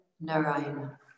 Narayana